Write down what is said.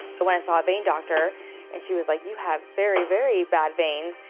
but when i saw a vein doctor and she was like, you have very, very bad veins.